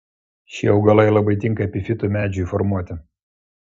šie augalai labai tinka epifitų medžiui formuoti